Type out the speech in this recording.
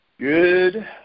Good